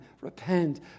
repent